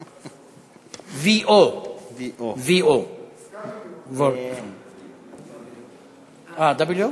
Vo. W. W?